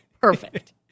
perfect